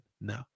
No